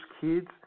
kids